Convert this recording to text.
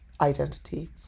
identity